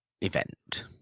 event